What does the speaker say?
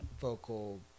vocal